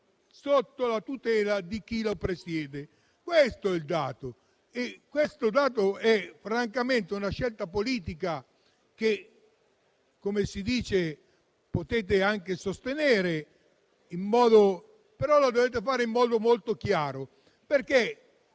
sotto la tutela di chi lo presiede. Questo è il dato ed è francamente una scelta politica, che potete anche sostenere, però lo dovete fare in modo molto chiaro.